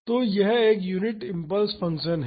तो यह एक यूनिट इंपल्स फंक्शन है